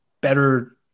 better